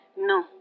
No